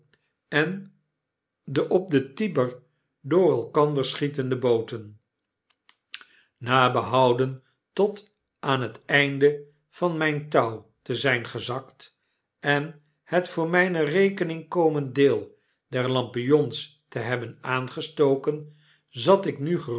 en de op den tiber door elkander schietende booten na behouden tot aan het einde van myn touw te zyn gezakt en het voor mrjne rekening komend deel der lampions te hebben aangestoken zat ik nu